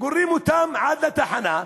גוררים אותם עד לתחנה,